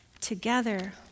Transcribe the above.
together